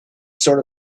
sort